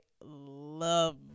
love